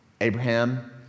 Abraham